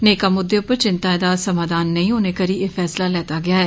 नेकां मुद्दे उप्पर चिंताएं दा समाघान नेईं होने करी एह् फैसला लैता गेआ ऐ